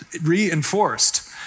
reinforced